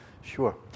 Sure